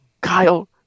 Kyle